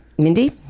Mindy